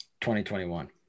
2021